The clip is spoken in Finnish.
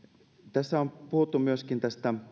tässä on puhuttu myöskin tästä